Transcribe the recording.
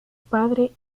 padre